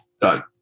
Done